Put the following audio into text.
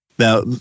Now